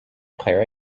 clara